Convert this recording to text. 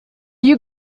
you